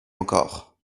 encore